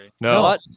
No